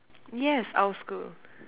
yes our school